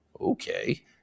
Okay